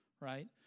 right